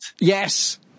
Yes